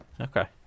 Okay